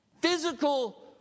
physical